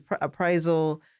appraisal